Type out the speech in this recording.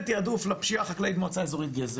תיעדוף לפשיעה החקלאית במועצה אזורית גזר,